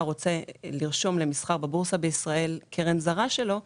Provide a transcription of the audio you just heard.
רוצה לרשום למסחר בבורסה בישראל קרן זרה שלו,